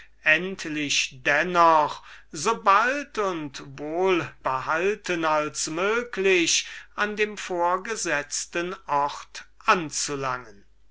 endlich dennoch und so bald und wohlbehalten als möglich an dem vorgesetzten ort anzulangen